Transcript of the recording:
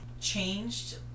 changed